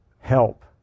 help